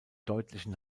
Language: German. deutlichen